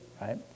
right